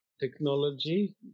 Technology